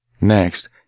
Next